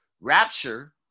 rapture